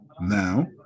Now